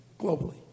globally